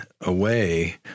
away